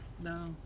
No